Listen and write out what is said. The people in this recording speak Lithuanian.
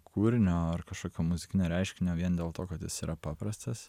kūrinio ar kažkokio muzikinio reiškinio vien dėl to kad jis yra paprastas